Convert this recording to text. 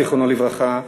זיכרונו לברכה,